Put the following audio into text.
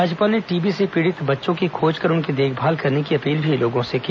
राज्यपाल ने टीबी से पीड़ित बच्चों की खोजकर उनकी देखभाल करने की अपील भी लोगों से की